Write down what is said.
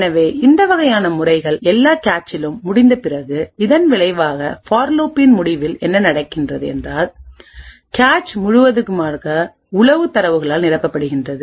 எனவே இந்த வகையான முறைகள் எல்லா கேச்சிலும் முடிந்த பிறகுஇதன்விளைவாக பார் லூப்பின் முடிவில் என்ன நடக்கிறது என்றால்கேச் முழுவதுமாகற்கானஉளவு தரவுகளால் நிரப்பப்படுகிறது